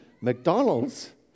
McDonald's